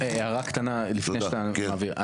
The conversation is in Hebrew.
הערה קטנה לפני שאתה מעביר.